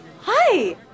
Hi